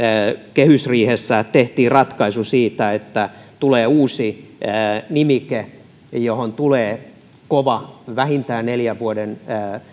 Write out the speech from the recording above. kehysriihessä tehtiin ratkaisu siitä että tulee uusi nimike johon tulee kova vähintään neljän vuoden